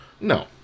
No